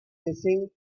missing